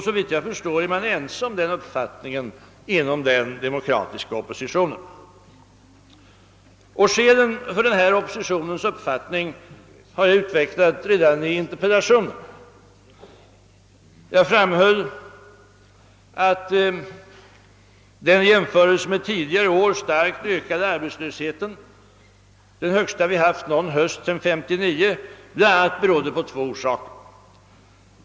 Såvitt jag förstår är vi ense därom inom den demokratiska oppositionen, och skälen för denna oppositionens uppfattning har jag utvecklat redan i interpellationen. Jag har där framhållit att den i jämförelse med tidigare år starkt ökade ar betslösheten — den högsta vi haft någon höst sedan år 1958 — haft åtmin stone två orsaker.